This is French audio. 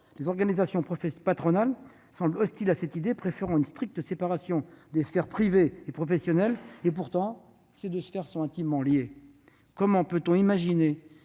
les organisations patronales semblent hostiles à cette idée, préférant une stricte séparation des sphères privée et professionnelle. Ces deux sphères sont pourtant intimement liées !« Comment peut-on imaginer